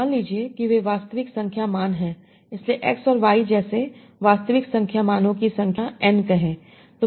मान लीजिए कि वे वास्तविक संख्या मान हैं इसलिए X और Y जैसे वास्तविक संख्या मानों की संख्या n कहें